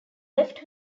left